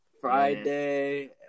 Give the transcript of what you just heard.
Friday